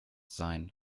sein